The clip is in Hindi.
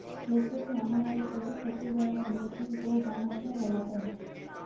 खेतों से आने वाले पोषक तत्वों द्वारा समृद्धि हो जाना क्या कहलाता है?